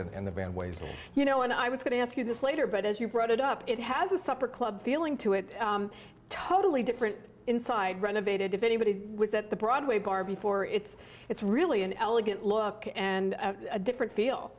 and the band waves you know when i was going to ask you this later but as you brought it up it has a supper club feeling to it totally different inside renovated if anybody was at the broadway bar before it's it's really an elegant look and a different feel